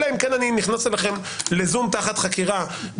אלא אם כן אני נכנס אליכם תחת חקירה,